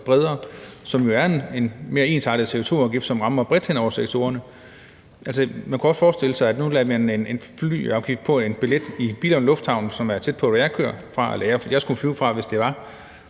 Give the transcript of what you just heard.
jo er en mere ensartet CO2-afgift, som rammer bredt hen over sektorerne. Man kunne også forestille sig, at man nu lagde en flyafgift på en billet fra Billund Lufthavn, som er tæt på, hvor jeg skulle flyve fra, hvis det var,